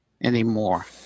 anymore